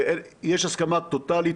יש הסכמה טוטאלית.